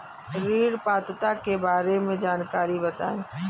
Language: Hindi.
ऋण पात्रता के बारे में जानकारी बताएँ?